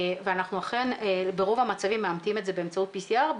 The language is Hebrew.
ואנחנו אכן ברוב המצבים מאמתים את זה באמצעותPCR .